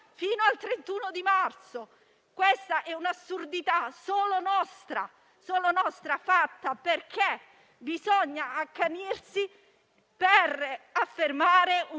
fino al 31 marzo. Questa è un'assurdità solo nostra, fatta perché bisogna accanirsi per affermare un